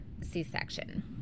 C-section